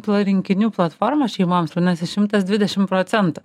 plarinkinių platforma šeimoms vadinasi šimtas dvidešim procentų